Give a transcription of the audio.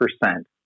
percent